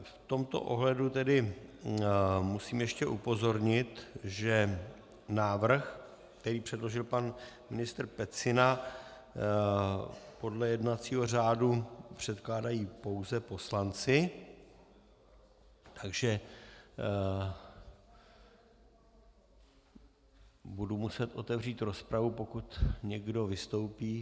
V tomto ohledu tedy musím ještě upozornit, že návrh, který předložil pan ministr Pecina, podle jednacího řádu předkládají pouze poslanci, takže budu muset otevřít rozpravu, pokud někdo vystoupí.